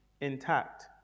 intact